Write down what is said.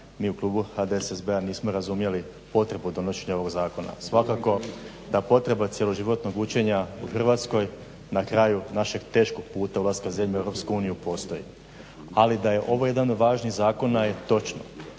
mi u klubu HDSSB-a nismo razumjeli potrebu donošenja ovog zakona. Svakako ta potreba cijeloživotnog učenja u Hrvatskoj na kraju našeg teškog puta, ulaska zemlje u EU postoji. Ali da je ovo jedan od važnijih zakona je točno.